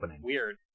weird